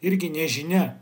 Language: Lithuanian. irgi nežinia